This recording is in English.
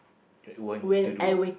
that you want to do